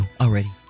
Already